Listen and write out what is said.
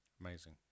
Amazing